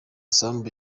sambu